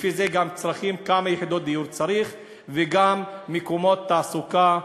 לפי זה גם כמה יחידות צריך, וגם מקומות תעסוקה,